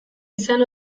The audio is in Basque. izan